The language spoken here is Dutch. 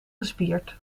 gespierd